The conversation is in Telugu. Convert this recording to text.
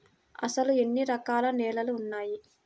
అసలు ఎన్ని రకాల నేలలు వున్నాయి?